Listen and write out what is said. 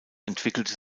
entwickelte